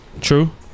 True